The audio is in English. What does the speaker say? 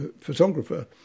photographer